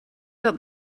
dat